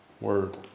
word